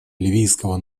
ливийского